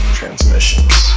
transmissions